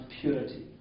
purity